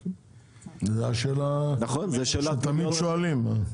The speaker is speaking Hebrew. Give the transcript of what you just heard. זאת השאלה שתמיד שואלים.